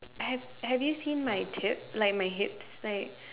have have you seen my tip like my hips like